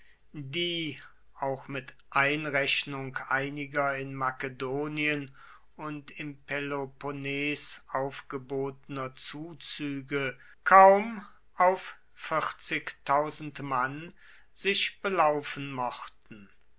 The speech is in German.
die auch mit einrechnung einiger in makedonien und im peloponnes aufgebotener zuzüge kaum auf mann sich belaufen mochten